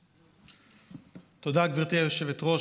תודה, גברתי היושבת-ראש.